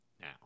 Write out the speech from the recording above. now